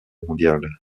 mondiale